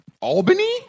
Albany